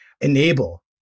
enable